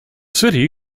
city